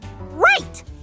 Right